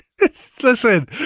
Listen